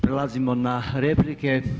Prelazimo na replike.